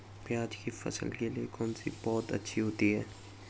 प्याज़ की फसल के लिए कौनसी पौद अच्छी होती है?